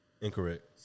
Incorrect